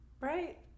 right